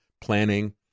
planning